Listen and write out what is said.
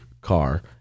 car